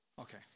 Okay